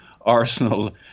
Arsenal